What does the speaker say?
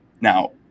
Now